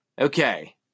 Okay